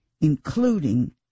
including